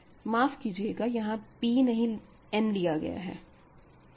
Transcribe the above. माफ़ कीजियेगा यहां p नहीं n लिया गया है